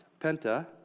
Penta